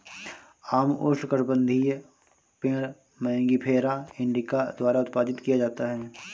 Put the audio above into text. आम उष्णकटिबंधीय पेड़ मैंगिफेरा इंडिका द्वारा उत्पादित किया जाता है